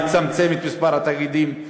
לצמצם את מספר התאגידים,